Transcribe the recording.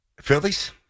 Phillies